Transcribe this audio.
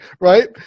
right